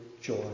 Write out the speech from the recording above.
joy